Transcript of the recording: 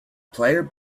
player